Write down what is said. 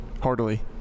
heartily